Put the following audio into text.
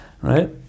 Right